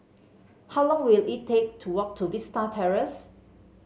how long will it take to walk to Vista Terrace